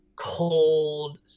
Cold